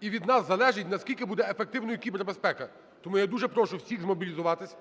І від нас залежить, наскільки буде ефективною кібербезпека. Тому я дуже прошу всіх змобілізуватись,